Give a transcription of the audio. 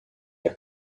your